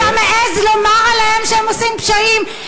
אתה מעז לומר עליהם שהם עושים פשעים,